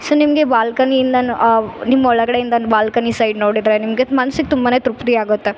so ನಿಮಗೆ ಬಾಲ್ಕನಿಯಿಂದ ನಿಮ್ಮ ಒಳಗಡೆಯಿಂದ ಬಾಲ್ಕನಿ ಸೈಡ್ ನೋಡಿದರೆ ನಿಮಗೆ ಮನ್ಸಿಗೆ ತುಂಬಾ ತೃಪ್ತಿ ಆಗುತ್ತೆ